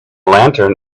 lantern